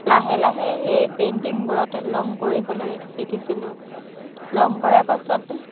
লাহে লাহে সেই পেইণ্টিংবোৰত ৰং কৰিবলৈ শিকিছিলোঁ ৰং কৰাৰ পাছত